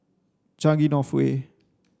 Changi North Way